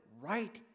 right